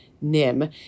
NIM